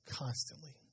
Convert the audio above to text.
constantly